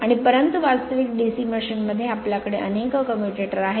आणि परंतु वास्तविक DC मशीनमध्ये आपल्याकडे अनेक कम्युटेटर आहेत